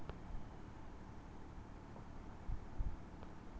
শীতের মরসুম কি চাষ করিবার উপযোগী?